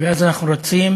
ואז אנחנו רצים,